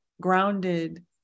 grounded